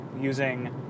using